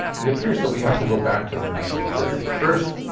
it appears that we have to go back to the nineteen thirty s. first,